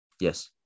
Yes